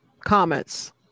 comments